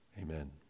Amen